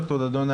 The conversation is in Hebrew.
ד"ר דאדון,